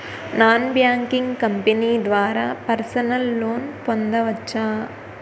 Non banking company ద్వారా personal loan పొందవచ్చా?